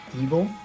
evil